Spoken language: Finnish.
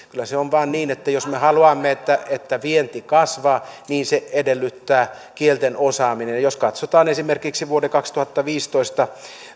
se on vaan niin että jos me haluamme että että vienti kasvaa niin se edellyttää kielten osaamista jos katsotaan esimerkiksi vuoden kaksituhattaviisitoista